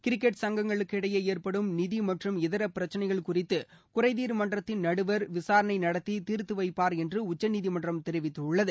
cricket சங்களுக்கு இடையே ஏற்படும் நிதி மற்றும் இதர பிரச்சினைகள் குறித்து குறைதீர் மன்றத்தின் நடுவர் விசாரணை நடத்தி தீர்த்துவைப்பார் என்று உச்சநீதிமன்றம் தெரிவித்துள்ளது